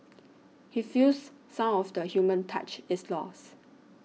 he feels some of the human touch is lost